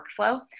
workflow